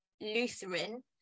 Lutheran